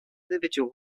individual